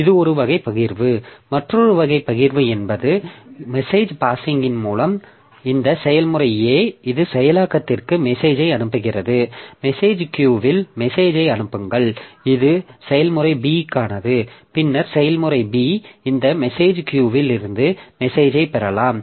இது ஒரு வகை பகிர்வு மற்றொரு வகை பகிர்வு என்பது மெசேஜ் பாஸ்ஸிங் இன் மூலம் இந்த செயல்முறை A இது செயலாக்கத்திற்கு மெசேஜை அனுப்புகிறது மெசேஜ் கியூவில் மெசேஜை அனுப்புங்கள் இது செயல்முறை B க்கானது பின்னர் செயல்முறை B இந்த மெசேஜ் கியூவில் இருந்து மெசேஜைப் பெறலாம்